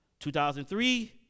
2003